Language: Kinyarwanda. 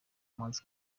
umuhanzi